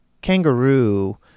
kangaroo